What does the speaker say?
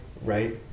right